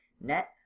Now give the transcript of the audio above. net